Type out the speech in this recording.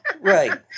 Right